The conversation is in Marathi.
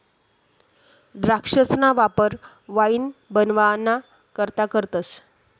द्राक्षसना वापर वाईन बनवाना करता करतस